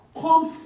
comes